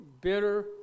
bitter